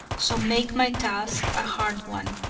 so make my task a hard one,